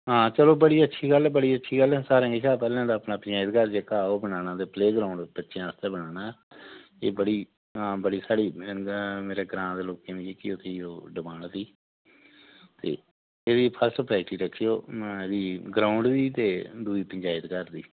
हां चलो बड़ी अच्छी गल्ल ऐ बड़ी अच्छी गल्ल ऐ सारें कशा पैह्लें ते अपना पंचायत घर जेह्का ओ बनाना ते प्लेग्राउंड बच्चें आस्तै बनाना ऐ बड़ी बड़ी साढ़ी मेरे ग्रांऽ दे लोकें दी इक ही ओ डिमांड थी ते एह्दी फर्स्ट प्रायोरिटी र एह्दी ग्राउंड दी ते दूई पंचायत घर दी